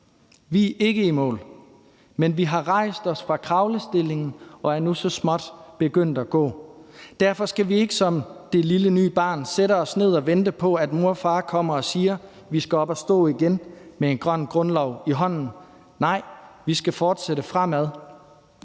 Vi er ikke i mål, men vi har rejst os fra kravlestilling og er nu så småt begyndt at gå. Derfor skal vi ikke som det lille nye barn sætte os ned og vente på, at mor og far kommer og siger, at vi skal op stå igen med en grøn grundlov i hånden. Nej, vi skal fortsætte fremad.